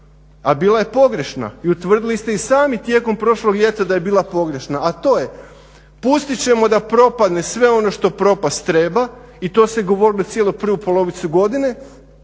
a bila je pogrešna i utvrdili ste sami tijekom prošlog ljeta da je bila pogrešna, a to je pustit ćemo da propadne sve ono što propast treba i to se govorilo cijelu prvu polovicu godine